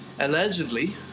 Allegedly